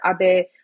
Abe